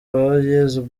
uwayezu